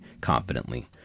confidently